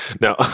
Now